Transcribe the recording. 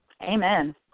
Amen